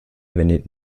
wendet